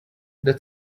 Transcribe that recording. that